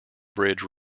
bridge